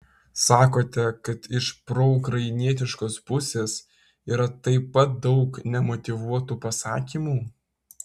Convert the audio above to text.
sakote kad iš proukrainietiškos pusės yra taip pat daug nemotyvuotų pasakymų